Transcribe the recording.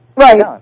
Right